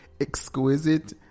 exquisite